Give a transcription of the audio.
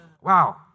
Wow